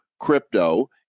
crypto